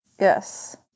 Yes